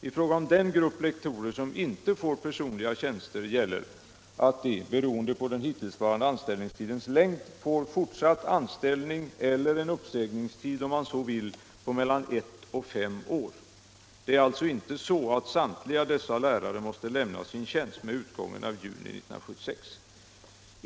I fråga om den grupp lektorer som inte får personliga tjänster gäller att de — beroende på den hittillsvarande anställningstidens längd — får fortsatt anställning, eller en uppsägningstid om man så vill, på mellan ett och fem år. Det är alltså inte så att samtliga dessa lärare måste lämna sin tjänst med utgången av juni 1976.